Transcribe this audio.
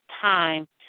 time